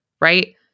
right